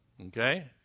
Okay